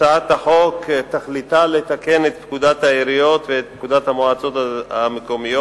הצעת החוק תכליתה לתקן את פקודת העיריות ואת פקודת המועצות המקומיות